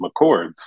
McCords